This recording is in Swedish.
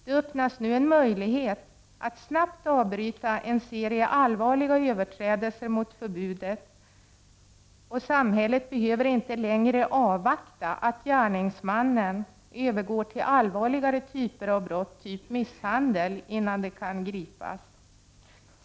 Det öppnas nu en möjlighet att snabbt avbryta en serie allvarliga överträdelser mot förbudet, och samhället behöver inte längre avvakta att gärningsmannen övergår till allvarligare typer av brott, som misshandel, innan de kan gripas.